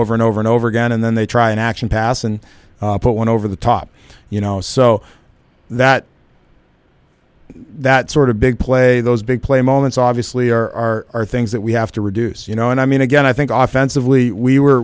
over and over and over again and then they try an action pass and put one over the top you know so that that sort of big play those big play moments obviously are things that we have to reduce you know and i mean again i think off fans of lee we were